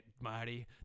Marty